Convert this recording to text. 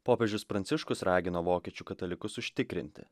popiežius pranciškus ragino vokiečių katalikus užtikrinti